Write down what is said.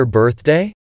birthday